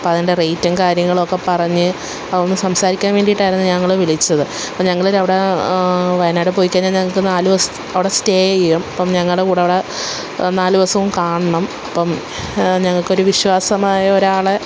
അപ്പോള് അതിന്റെ റെയ്റ്റും കാര്യങ്ങളും ഒക്കെ പറഞ്ഞ് ഒന്നു സംസാരിക്കാൻ വേണ്ടിയിട്ടായിരുന്നു ഞാൻ നിങ്ങളെ വിളിച്ചത് അപ്പോള് ഞങ്ങളിൽ അവിടെ വയനാട് പോയിക്കഴിഞ്ഞാല് ഞങ്ങള്ക്ക് നാല് അവിടെ സ്റ്റേ ചെയ്യും അപ്പോള് ഞങ്ങളുടെ കൂടെ നാലു ദിവസവും കാണണം അപ്പോള് ഞങ്ങള്ക്കൊരു വിശ്വാസമായ ഒരാളെ